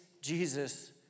Jesus